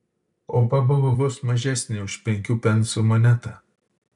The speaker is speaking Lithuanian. opa buvo vos mažesnė už penkių pensų monetą